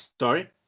Sorry